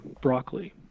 broccoli